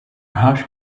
hush